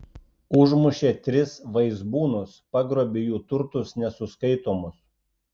užmušė tris vaizbūnus pagrobė jų turtus nesuskaitomus